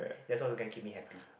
that's all the gang keep me happy